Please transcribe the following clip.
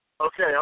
Okay